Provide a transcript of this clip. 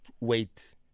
wait